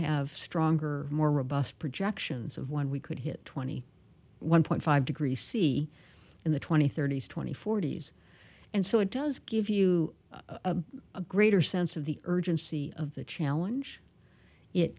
have stronger more robust projections of when we could hit twenty one point five degree c in the twenty thirty's twenty forty's and so it does give you a greater sense of the urgency of the challenge it